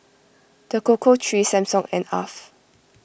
the Cocoa Trees Samsung and Alf